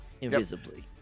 invisibly